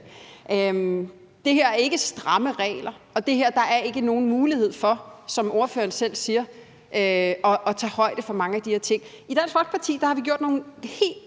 Det her er ikke stramme regler, og i forhold til det her er der ikke nogen mulighed for, som ordføreren selv siger, at tage højde for mange af de her ting. I Dansk Folkeparti har vi lavet nogle helt